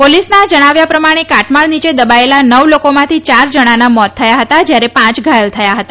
પોલીસના જણાવ્ય પ્રમાણે કાટમાળ નીચે દબાયેલા નવ લોકોમાંથી ચાર જણાના મોત થયા હતા જયારે પાંચ ઘાયલ હતા